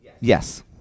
Yes